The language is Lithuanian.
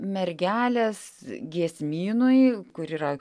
mergelės giesmynui kur yra